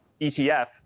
ETF